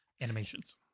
animations